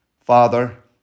Father